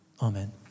Amen